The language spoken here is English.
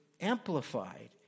Amplified